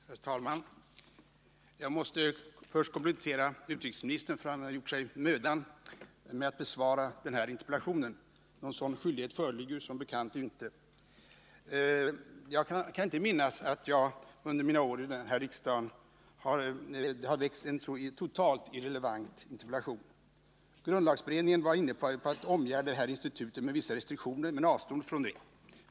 Herr talman! Jag måste först komplimentera utrikesministern för att han har gjort sig mödan att besvara denna interpellation. Någon sådan skyldighet föreligger som bekant inte. Jag kan inte minnas att det under mina år i riksdagen väckts en så totalt irrelevant interpellation. Grundlagberedningen var inne på att omgärda detta institut med vissa restriktioner men avstod från det.